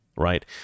right